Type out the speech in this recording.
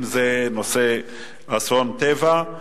אם זה נושא אסונות טבע,